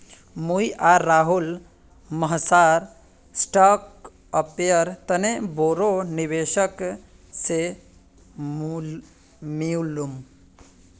मुई आर राहुल हमसार स्टार्टअपेर तने बोरो निवेशक से मिलुम